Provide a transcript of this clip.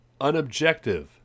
unobjective